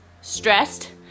stressed